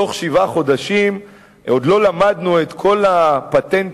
שבתוך שבעה חודשים עוד לא למדנו את כל הפטנטים